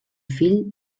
fill